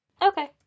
Okay